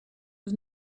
was